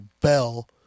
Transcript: bell